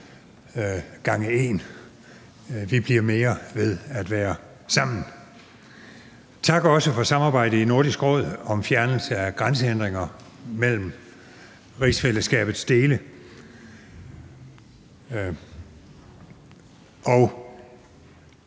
gange en. Vi bliver mere ved at være sammen. Tak også for samarbejdet i Nordisk Råd om fjernelse af grænsehindringer mellem rigsfællesskabets dele.